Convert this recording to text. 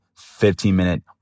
15-minute